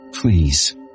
Please